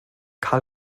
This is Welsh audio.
cael